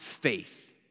faith